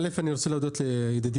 אני רוצה להודות לידידי,